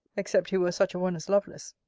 except he were such a one as lovelace.